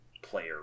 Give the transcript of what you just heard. player